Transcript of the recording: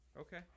Okay